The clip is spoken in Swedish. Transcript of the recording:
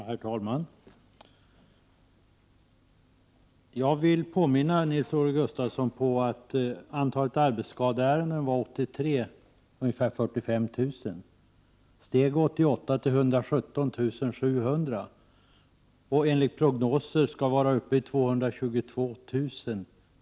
Herr talman! Jag vill påminna Nils-Olof Gustafsson om att antalet arbetsskadeärenden 1983 var ungefär 45 000. Antalet hade 1988 stigit till 117 700, och enligt prognoser skall det 1991/92 vara uppe i 222 000.